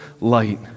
light